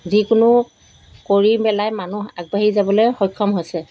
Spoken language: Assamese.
যিকোনো কৰি পেলাই মানুহ আগবাঢ়ি যাবলৈ সক্ষম হৈছে